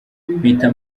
mpita